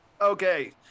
Okay